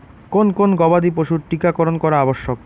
কোন কোন গবাদি পশুর টীকা করন করা আবশ্যক?